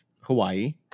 Hawaii